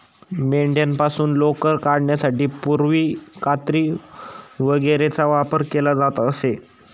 मेंढ्यांपासून लोकर काढण्यासाठी पूर्वी कात्री वगैरेचा वापर केला जात असे